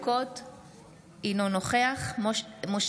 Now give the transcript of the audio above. אינו נוכח צבי ידידיה סוכות,